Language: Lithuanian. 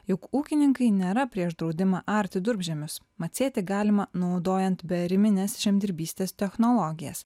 jog ūkininkai nėra prieš draudimą arti durpžemius mat sėti galima naudojant beariminės žemdirbystės technologijas